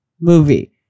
movie